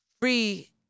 free